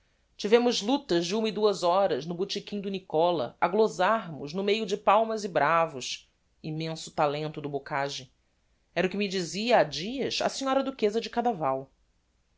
tivemos lutas de uma e duas horas no botequim do nicola a glosarmos no meio de palmas e bravos immenso talento o do bocage era o que me dizia ha dias a sra duqueza de cadaval